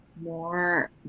more